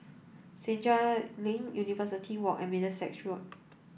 Senja Link University Walk and Middlesex Road